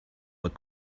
but